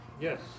Yes